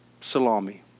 salami